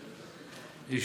ד.